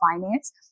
Finance